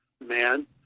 man